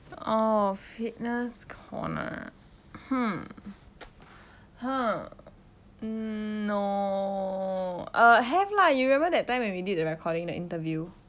oh fitness corner hmm mm no err have lah you remember that time when we did the recording the interview